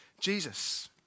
Jesus